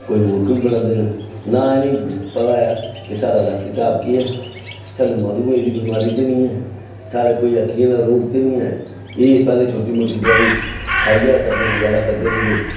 कोई मधुमेह् बोलदे न ना इ'नेंगी पता कि साढ़े च केह् ऐ साह्नूं मधुमेह बमारी ते निं ऐ साढ़े कोई अक्खियें दा रोग ते निं ऐ एह् पैह्लें छोटी मोटी दोआई खाइयै करदे गुजारा चलदे रौंह्दे